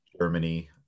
Germany